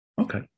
Okay